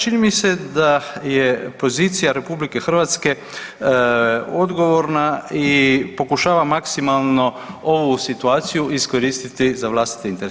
Čini mi se da je pozicija RH odgovorna i pokušava maksimalno ovu situaciju iskoristiti za vlastite interese.